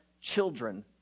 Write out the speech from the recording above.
children